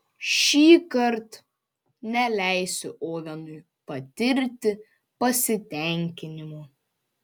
šįkart neleisiu ovenui patirti pasitenkinimo